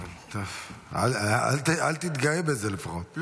טוב, אל תתגאה בזה לפחות.